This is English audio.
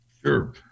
Sure